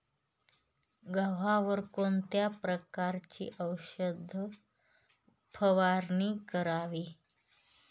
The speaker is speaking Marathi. गव्हावर कोणत्या प्रकारची औषध फवारणी करावी?